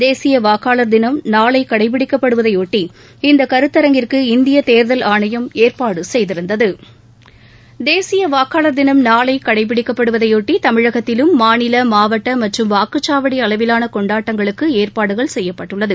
தேசிய வாக்காளர் தினம் நாளை கடைபிடிக்கப்படுவதையொட்டி இந்த கருத்தரங்கிற்கு இந்திய தேர்தல் ஆணையம் ஏற்பாடு செய்திருந்தது தேசிய வாக்காளர் தினம் நாளை கடைபிடிக்கப் படுவதையொட்டி தமிழகத்திலும் மாநில மாவட்ட மற்றம் வாக்குச்சாவடி ஏற்பாடு செய்யப்பட்டுள்ளது